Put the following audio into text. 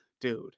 dude